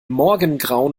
morgengrauen